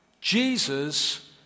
Jesus